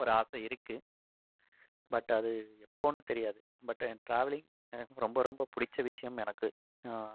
ஒரு ஆசை இருக்குது பட் அது எப்போதுன்னு தெரியாது பட் ட்ராவலிங் எனக்கு ரொம்ப ரொம்ப பிடிச்ச விஷயம் எனக்கு